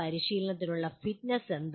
പരിശീലനത്തിനുള്ള fitness എന്താണ്